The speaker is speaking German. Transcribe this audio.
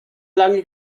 lange